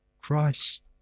Christ